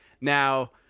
Now